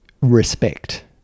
respect